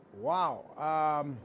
Wow